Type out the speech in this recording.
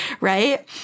right